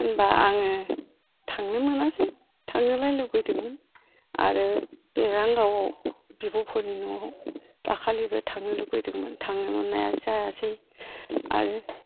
होनबा आङो थांनो मोनासै थांनोलाय लुबैदोंमोन आरो भेरांगावआव बिब'फोरनि न'आव दाखालिबो थांनो लुबैदोंमोन थांनो मोन्नाया जायासै आरो